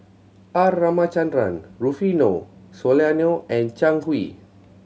R Ramachandran Rufino Soliano and Zhang Hui